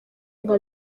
nka